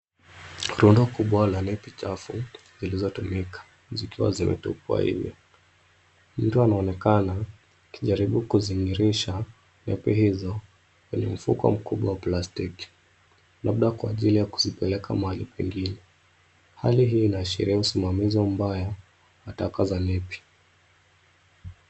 Rundo kubwa la nepi chafu zilizotumika zikiwa zimetupwa nje. Mtu anaonekana akijaribu kuzing'arisha nepi hizo kwenye mfuko mkubwa wa plastiki labda kwa ajili ya kuzipeleka mahali pengine. Hali hii inaashiria usimamizi mbaya wa taka za nepi.